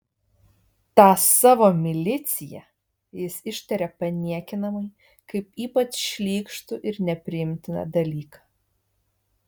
tą savo miliciją jis ištaria paniekinamai kaip ypač šlykštų ir nepriimtiną dalyką